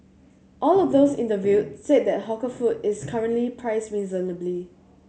all of those interviewed said that hawker food is currently priced reasonably